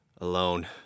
alone